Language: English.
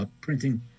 printing